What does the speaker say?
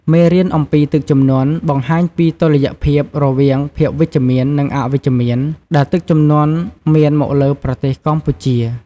មេរៀនអំពីទឹកជំនន់បង្ហាញពីតុល្យភាពរវាងភាពវិជ្ជមាន និងអវិជ្ជមានដែលទឹកជំនន់មានមកលើប្រទេសកម្ពុជា។